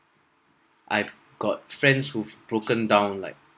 I have got friends who has broken down like